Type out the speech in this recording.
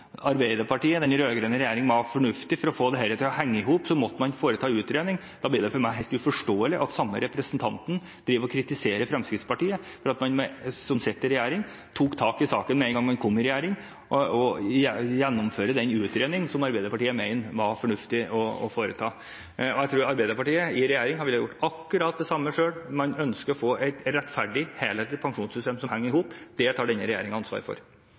Arbeiderpartiet og den rød-grønne regjeringen mener var fornuftig for å få dette til å henge i hop, at man måtte foreta utredning, blir det for meg helt uforståelig at den samme representanten driver og kritiserer Fremskrittspartiet, som sitter i regjering, for at man tok tak i saken med en gang man kom i regjering, og gjennomfører den utredningen som Arbeiderpartiet mener var fornuftig å foreta. Jeg tror Arbeiderpartiet i regjering ville ha gjort akkurat det samme selv. Man ønsker å få et rettferdig, helhetlig pensjonssystem som henger i hop. Det tar denne regjeringen ansvar for.